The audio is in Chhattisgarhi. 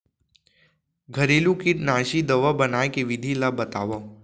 घरेलू कीटनाशी दवा बनाए के विधि ला बतावव?